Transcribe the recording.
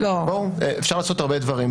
אפשר לעשות הרבה דברים,